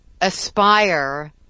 aspire